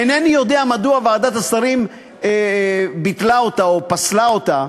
אינני יודע מדוע ועדת השרים ביטלה אותה או פסלה אותה.